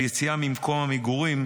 על יציאה ממקום המגורים,